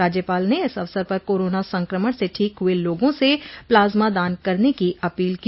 राज्यपाल ने इस अवसर पर कोरोना संक्रमण से ठीक हुए लोगों से प्लाज्मा दान करने की अपील की